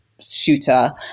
shooter